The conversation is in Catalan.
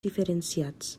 diferenciats